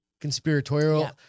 Conspiratorial